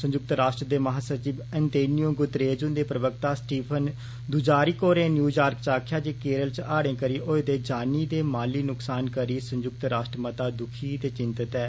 संयुक्त राष्ट्र दे महासचिव अंतोनियो गुतरेज हुंदे प्रवक्ता स्टीफन युजारिक होरें न्यूयार्क च आक्खेआ जे केरल च हाड़े करी होए दे जानी ते माली नुक्सान करी मता दुखी ते विंतिंत ऐ